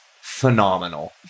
Phenomenal